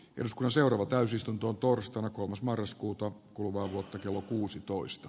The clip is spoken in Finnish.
josko seuraava täysistuntoon torstaina kolmas marraskuuta kuluvaa vuotta kello kuusitoista